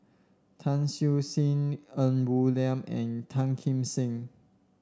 Tan Siew Sin Ng Woon Lam and Tan Kim Seng